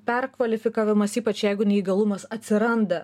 perkvalifikavimas ypač jeigu neįgalumas atsiranda